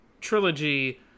trilogy